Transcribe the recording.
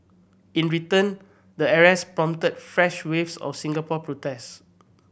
in return the arrests prompted fresh waves of Singapore protests